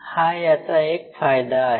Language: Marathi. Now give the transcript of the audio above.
हा याचा एक फायदा आहे